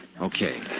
Okay